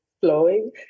flowing